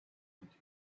into